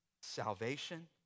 salvation